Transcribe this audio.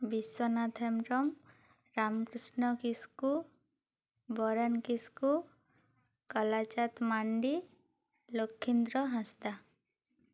Biswanath Hembrom Ramkrishna Kisku Boren Kisku Kalachand Mandi Lakhindra Hansda